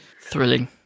Thrilling